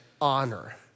honor